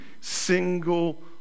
single